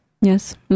Yes